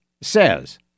says